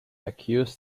accuse